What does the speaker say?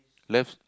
left